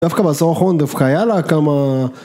דווקא בעשור האחרון דווקא היה לה כמה